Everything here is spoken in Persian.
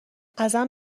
ازم